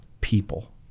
people